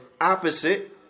opposite